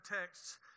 texts